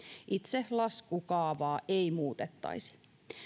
itse laskukaavaa ei muutettaisi